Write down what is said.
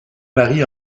marie